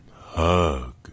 hug